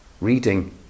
reading